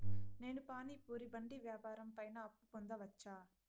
నేను పానీ పూరి బండి వ్యాపారం పైన అప్పు పొందవచ్చా?